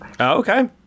Okay